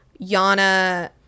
Yana